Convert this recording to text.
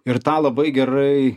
ir tą labai gerai